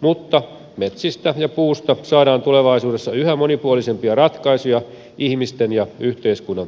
mutta metsistä ja puusta saadaan tulevaisuudessa yhä monipuolisempia ratkaisuja ihmisten ja yhteiskunnan tarpeisiin